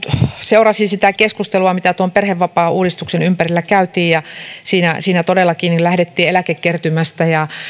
seurasin sitä keskustelua mitä tuon perhevapaauudistuksen ympärillä käytiin ja siinä todellakin lähdettiin eläkekertymästä ja